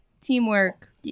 teamwork